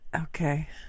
Okay